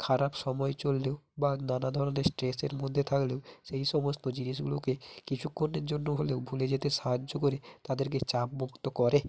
খারাপ সময় চললেও বা নানা ধরনের স্ট্রেসের মধ্যে থাকলেও সেই সমস্ত জিনিসগুলোকে কিছুক্ষণের জন্য হলেও ভুলে যেতে সাহায্য করে তাদেরকে চাপ মুক্ত করে